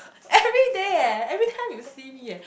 everyday eh everytime you see me eh